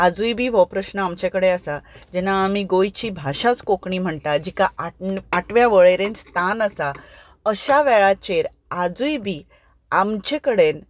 आजूय बी हो प्रश्न आमचे कडेन आसा जेन्ना आमी गोंयची भाशाच कोंकणी म्हणटी जिका आठवे वळेरेंत स्थान आसा अश्या वेळाचेर आजूय बी आमचे कडेन